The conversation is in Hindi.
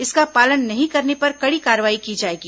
इसका पालन नहीं करने पर कड़ी कार्रवाई की जाएगी